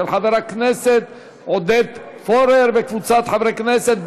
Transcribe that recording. של חבר הכנסת עודד פורר וקבוצת חברי הכנסת,